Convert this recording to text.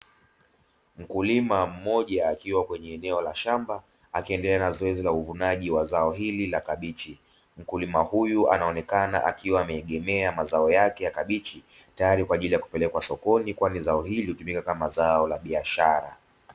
Mkulima mmoja akiwa kwenye eneo la shamba akiendelea na zoezi la uuvunaji zao hili la kabichi, mkulima huyu anaonekana akiwa ameegemea mazao yake ya kabichi tayari kwa ajili ya kupelekwa sokoni Kwani hutumika kama zao la biashara.